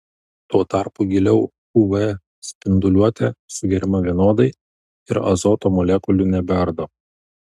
tuo tarpu giliau uv spinduliuotė sugeriama vienodai ir azoto molekulių nebeardo